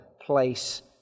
place